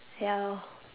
ya lor